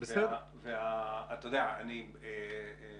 ואני לא צריך